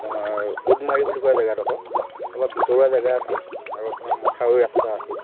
আপোনাৰ উদমাৰী বুলি কোৱা জেগাডোখৰ অলপ ভিতৰুৱা জেগা আছিল আৰু আপোনাৰ মথাউৰি ৰাস্তা আছিল